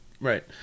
Right